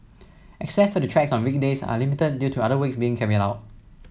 access to the tracks on weekdays are limited due to other works being carried out